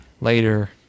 later